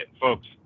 folks